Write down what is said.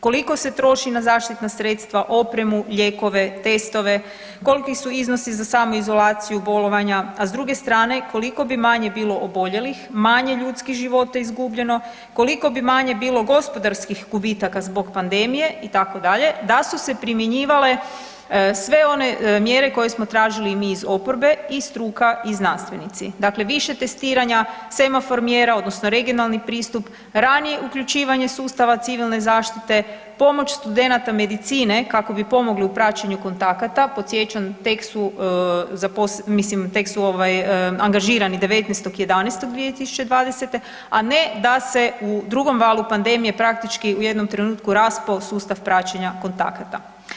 Koliko se troši na zaštitna sredstva, opremu, lijekove, testove, koliki su iznosi za samoizolaciju, bolovanja a s druge strane, koliko bi manje bilo oboljelih, manje ljudskih života izgubljeno, koliko bi manje bilo gospodarskih gubitaka zbog pandemije itd. da su se primjenjivale sve one mjere koje smo tražili i mi iz oporbe i struka i znanstvenici, dakle više testiranja, semafor mjera odnosno regionalni pristup, ranije uključivanje sustava civilne zaštite, pomoć studenata medicine kako bi pomogli u praćenju kontakata, podsjećam tek su, mislim tek su ovaj angažirani 19.11.2020., a ne da se u drugom valu pandemije praktički u jednom trenutku raspao sustav praćenja kontakata.